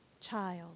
child